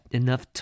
enough